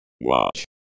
Watch